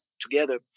together